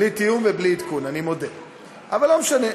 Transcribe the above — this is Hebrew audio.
בלי תיאום ובלי עדכון, אבל לא משנה.